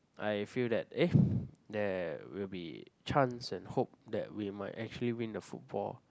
I feel that eh there will be chance and hope that we might actually win the football